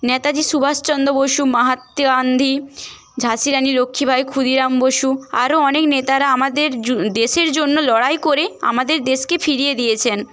নেতাজি সুভাষ চন্দ্র বসু মাহাত্মা গান্ধী ঝাঁসীর রানি লক্ষ্মীবাঈ ক্ষুদিরাম বসু আরো অনেক নেতারা আমাদের দেশের জন্য লড়াই করে আমাদের দেশকে ফিরিয়ে দিয়েছেন